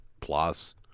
plus